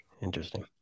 Interesting